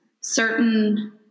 certain